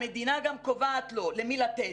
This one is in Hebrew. המדינה גם קובעת לו למי לתת,